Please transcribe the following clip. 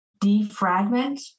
defragment